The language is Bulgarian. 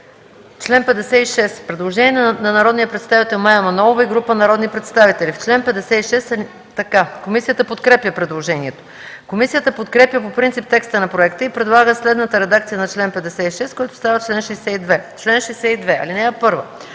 76 има предложение от народния представител Мая Манолова и група народни представители. Комисията подкрепя предложението. Комисията подкрепя по принцип текста на проекта и предлага следната редакция на чл. 76, който става чл. 82: „Чл. 82. (1) Председателят